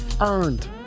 earned